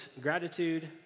gratitude